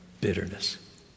bitterness